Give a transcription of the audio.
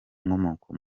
inkomoko